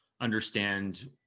understand